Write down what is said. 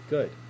Good